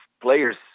players